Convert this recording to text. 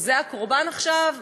אז זה הקורבן עכשיו?